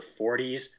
40s